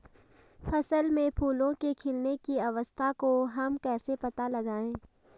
फसल में फूलों के खिलने की अवस्था का हम कैसे पता लगाएं?